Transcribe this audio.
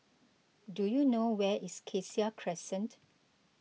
do you know where is Cassia Crescent